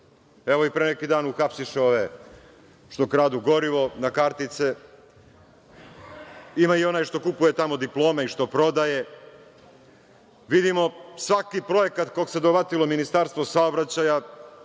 Evo, pre neki dan uhapsiše ove što kradu gorivo na kartice. Ima i onaj što kupuje tamo diplome i što prodaje. Vidimo, svaki projekat koga se dohvatilo Ministarstvo saobraćaja,